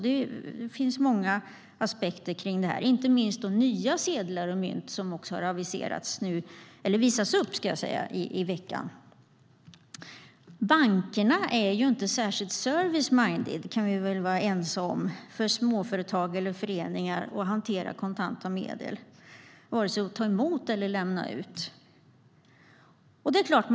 Det finns många aspekter av detta, inte minst de nya sedlar och mynt som har visats upp i veckan. Vi kan väl vara ense om att bankerna inte är särskilt service-minded när småföretag eller föreningar vill hantera kontanta medel, vare sig det gäller att ta emot eller lämna ut.